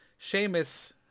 Seamus